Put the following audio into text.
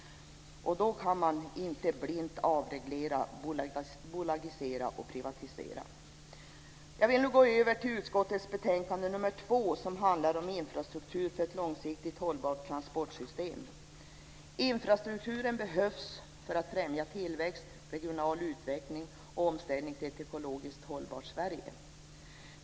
Då kan man inte blint avreglera, bolagisera och privatisera. Jag vill nu gå över till utskottets betänkande nr 2, som handlar om infrastruktur för ett långsiktigt hållbart transportsystem. Infrastrukturen behövs för att främja tillväxt, regional utveckling och omställning till ett ekologiskt hållbart Sverige.